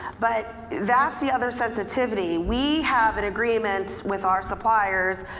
but that's the other sensitivity. we have an agreement with our suppliers.